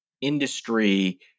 industry